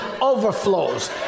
overflows